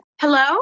Hello